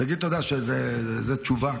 תגיד תודה שזה, זו תשובה?